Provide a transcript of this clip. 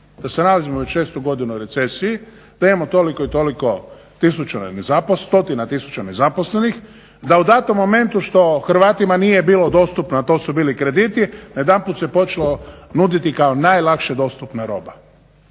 da se nalazimo već šestu godinu u recesiji, da imamo toliko i toliko stotina tisuća nezaposlenih, da u datom momentu što Hrvatima nije bilo dostupno, a to su bili krediti, najedanput se počelo nuditi kao najlakše dostupna roba.